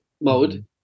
mode